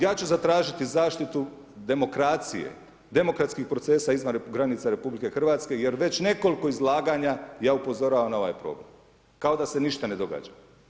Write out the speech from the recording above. Ja ću zatražiti zaštitu demokracije, demokratskih procesa izvan granica RH, jer već nekoliko izlaganja ja upozoravam na ovaj problem, kao da se ništa ne događa.